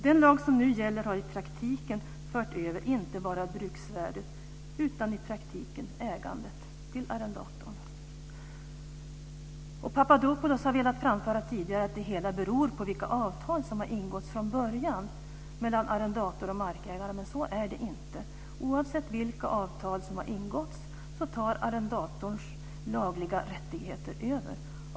Den lag som nu gäller har i praktiken fört över inte bara bruksvärdet utan ägandet till arrendatorn. Nikos Papadopoulos har tidigare velat framföra att det hela beror på vilka avtal som har ingåtts från början mellan arrendator och markägare. Men så är det inte. Oavsett vilka avtal som har ingåtts så tar arrendatorns lagliga rättigheter över.